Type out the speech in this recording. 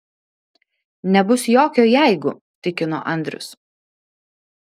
nebus jokio jeigu tikino andrius